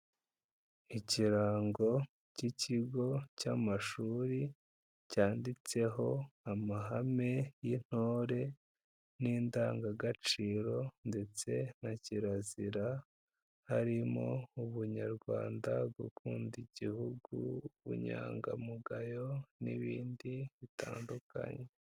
Ikirango k'ikigo cy'amashuri cyanditseho amahame y'intore n'indangagaciro ndetse na kirazira harimo, Ubunyarwanda, Gukunda Igihugu, ubunyangamugayo n'ibindi bitandukanye.